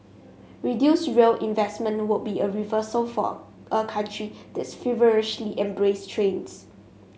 reduced rail investment would be a reversal for a country that's feverishly embraced trains